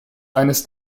eines